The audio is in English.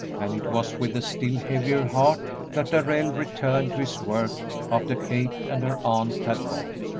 and it was with a still heavier heart that darrell returned to his work after kate and her aunt had gone.